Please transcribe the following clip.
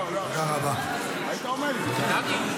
לא, לא, היית אומר לי לפני זה.